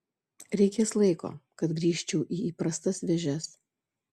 reikės laiko kad grįžčiau į įprastas vėžes